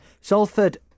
Salford